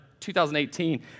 2018